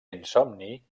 insomni